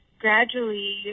gradually